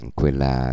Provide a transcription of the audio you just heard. quella